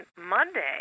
Monday